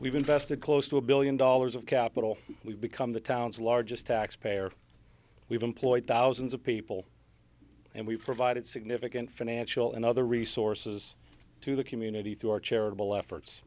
we've invested close to a billion dollars of capital we've become the town's largest taxpayer we've employed thousands of people and we've provided significant financial and other resources to the community through our charitable efforts